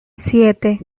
siete